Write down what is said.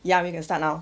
ya we can start now